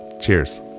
Cheers